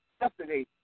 yesterday